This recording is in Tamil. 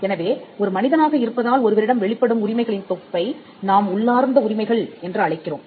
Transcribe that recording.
எனவே ஒரு மனிதனாக இருப்பதால் ஒருவரிடம் வெளிப்படும் உரிமைகளின் தொகுப்பை நாம் உள்ளார்ந்த உரிமைகள் என்று அழைக்கிறோம்